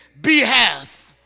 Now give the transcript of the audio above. behalf